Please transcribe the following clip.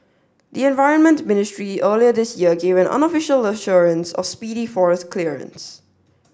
the environment ministry earlier this year gave an unofficial assurance of speedy forest clearance